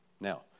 now